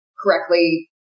correctly